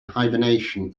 hibernation